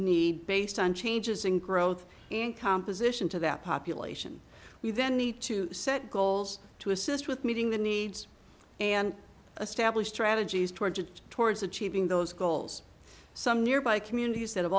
needs based on changes in growth and composition to that population we then need to set goals to assist with meeting the needs and stablish strategies towards towards achieving those goals some nearby communities that have